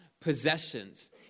possessions